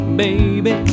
baby